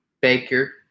Baker